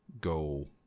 go